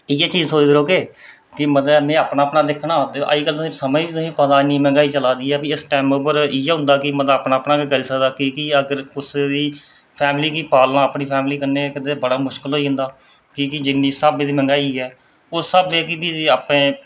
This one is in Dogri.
इ'यै चीज सोचदे रौह्गे कि मतलब में अपना अपना दिक्खना अजकल समें तुसें ई पता मंगेहाई चलै दी ऐ और इ'यै होंदा ऐ कि अपना अपना गै करी सकदा की के अगर कुसै दी फैमिली गी पालना अपनी फैमिली कन्नै बड़ा मुश्कल होई जंदा की के जिन्नी स्हाबै दी मंगेहाई ऐ ओह् स्हाबै गी